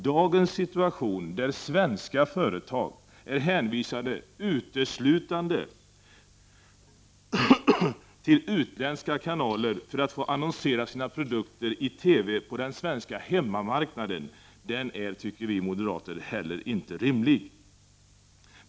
Dagens situation, där svenska företag uteslutande är hänvisade till utländska kanaler för att få annonsera om sina produkter i TV på den svenska hemmamarknaden, är — tycker vi moderater — heller inte rimlig.